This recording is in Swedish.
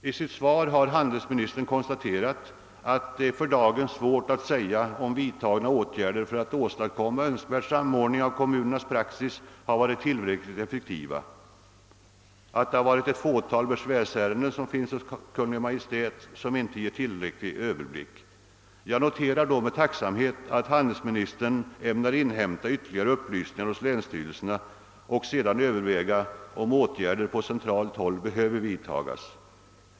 I sitt svar har handelsministern konstaterat att det för dagen är svårt att avgöra om vidtagna åtgärder för att åstadkomma önskvärd samordning av kommunernas praxis har varit nog effektiva. Det fåtal besvärsärenden som ligger hos Kungl. Maj:t ger inte tillräcklig överblick. Jag noterar därför med tacksamhet att handelsministern ämnar inhämta ytterligare upplysningar hos länsstyrelserna för att sedan överväga om åtgärder på centralt håll bör vidtagas.